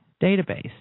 database